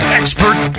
expert